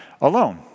alone